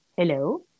Hello